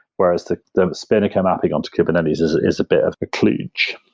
whereas the the spinnaker mapping onto kubernetes is is a bit of a kludge,